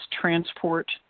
transport